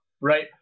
right